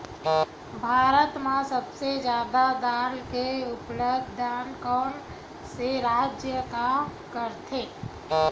भारत मा सबले जादा दाल के उत्पादन कोन से राज्य हा करथे?